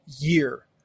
year